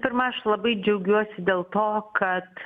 pirma aš labai džiaugiuosi dėl to kad